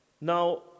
Now